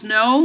no